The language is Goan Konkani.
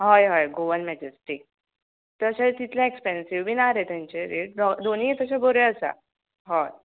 हय हय गोवन मॅजॅस्टीक तशे तितले एक्सपँसीव बी ना रे तेंचे रेट डॉ दोनीय तशे बऱ्यो आसा हय